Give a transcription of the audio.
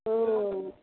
ହଁ